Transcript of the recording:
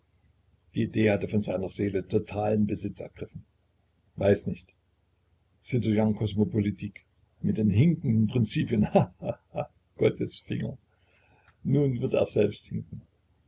die idee hatte von seiner seele totalen besitz ergriffen weiß nicht citoyen cosmopolitique mit den hinkenden prinzipien ha ha ha gottes finger nun wird er selbst hinken